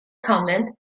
comment